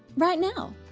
right now!